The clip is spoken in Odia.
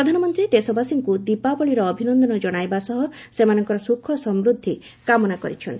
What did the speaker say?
ପ୍ରଧାନମନ୍ତ୍ରୀ ଦେଶବାସୀଙ୍କୁ ଦୀପାବଳିର ଅଭିନନ୍ଦନ ଜଣାଇବା ସହ ସେମାନଙ୍କର ସୁଖସମୃଦ୍ଧି କାମନା କରିଛନ୍ତି